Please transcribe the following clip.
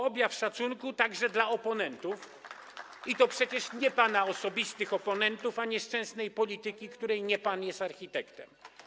To objaw szacunku także dla oponentów i to przecież nie pana osobistych, lecz oponentów nieszczęsnej polityki, której nie pan jest architektem.